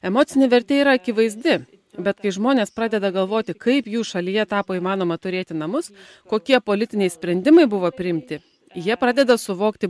emocinė vertė yra akivaizdi bet kai žmonės pradeda galvoti kaip jų šalyje tapo įmanoma turėti namus kokie politiniai sprendimai buvo priimti jie pradeda suvokti